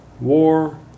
war